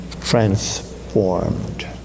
Transformed